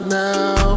now